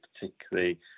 particularly